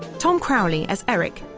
tom crowley as eric,